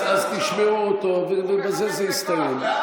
אז תשמעו אותו ובזה זה יסתיים.